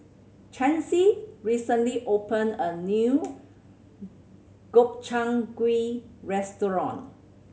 Chancey recently opened a new Gobchang Gui Restaurant